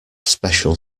special